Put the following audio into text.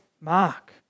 Mark